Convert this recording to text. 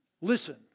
Listen